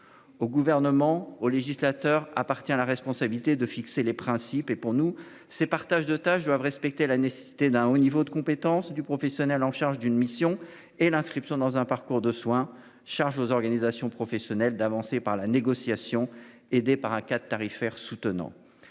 Au gouvernement, aux législateurs appartient à la responsabilité de fixer les principes et pour nous c'est partage de tâches doivent respecter la nécessité d'un haut niveau de compétence du professionnel en charge d'une mission et l'inscription dans un parcours de soins. Charge aux organisations professionnelles d'avancer par la négociation, aidés par un 4 tarifaire soutenant